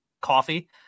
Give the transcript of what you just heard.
coffee